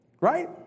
Right